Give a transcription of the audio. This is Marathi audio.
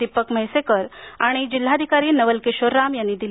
दीपक म्हैसेकर आणि जिल्हाधिकारी नवल किशोर राम यांनी दिली